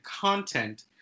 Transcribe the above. content